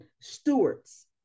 stewards